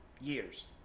years